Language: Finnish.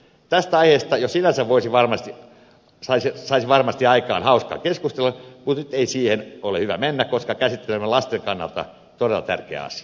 tästä aiheesta jo sinänsä saisi varmasti aikaan hauskaa keskustelua mutta nyt ei siihen ole hyvä mennä koska käsittelemme lasten kannalta todella tärkeää asiaa